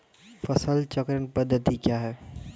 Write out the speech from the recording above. फसल चक्रण पद्धति क्या हैं?